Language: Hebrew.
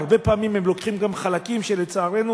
והרבה פעמים הם לוקחים גם חלקים שלצערנו